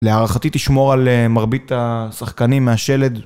להערכתי תשמור על מרבית השחקנים מהשלד.